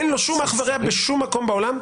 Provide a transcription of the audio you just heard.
אין לו שום אח ורע בשום מקום בעולם.